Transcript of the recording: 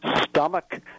stomach